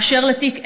באשר לתיק 1000,